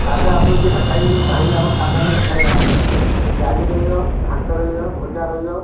ଖାଦ୍ୟ ଆପଣ ଯେଏଟା ଖାଇବେ ଯଦି ଚାହିଁବେ ଆମେ ସାଧା ମିଲ୍ ଖାଇବା ଡାଲି ରହିବ ଘାଣ୍ଟ ରହିବ ଭଜା ରହିବ